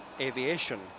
aviation